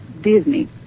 Disney